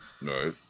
Right